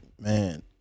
man